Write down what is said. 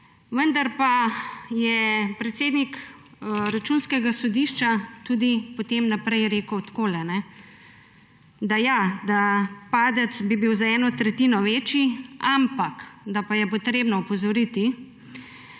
Vendar pa je predsednik Računskega sodišča tudi potem naprej rekel takole, da bi bil padec za eno tretjino večji, ampak je potrebno opozoriti,